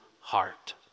heart